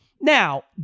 Now